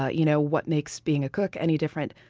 ah you know what makes being a cook any different?